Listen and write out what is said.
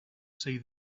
see